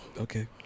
okay